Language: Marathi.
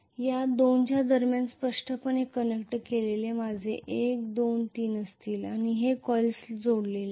या 2 च्या दरम्यान स्पष्टपणे कनेक्ट केलेले माझे 1 2 3 असतील आणि हे कॉइल्स जोडलेले आहेत